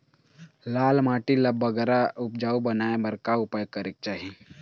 लाल माटी ला बगरा उपजाऊ बनाए बर का उपाय करेक चाही?